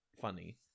funny